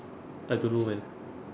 I don't know man